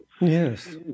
Yes